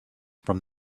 from